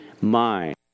mind